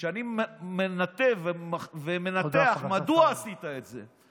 כשאני מנתב ומנתח מדוע עשית את זה,